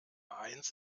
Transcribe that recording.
eins